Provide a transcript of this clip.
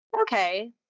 okay